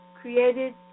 created